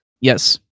yes